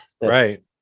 right